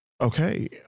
okay